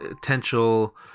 potential